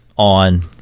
On